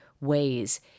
ways